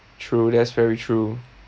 true that's very true